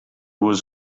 was